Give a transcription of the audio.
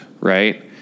right